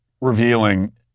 revealing